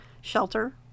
Shelter